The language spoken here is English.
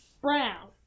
Brown